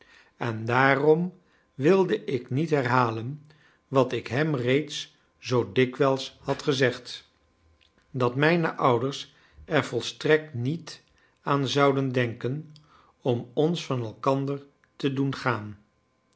en daarom wilde ik niet herhalen wat ik hem reeds zoo dikwijls had gezegd dat mijne ouders er volstrekt niet aan zouden denken om ons van elkander te doen gaan